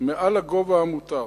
מעל הגובה המותר,